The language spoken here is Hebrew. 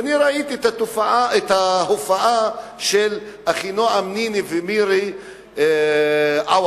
ואני ראיתי את ההופעה של אחינועם ניני ומירה עוואד.